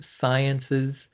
sciences